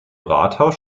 rathaus